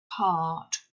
heart